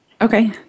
Okay